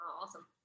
awesome